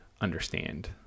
understand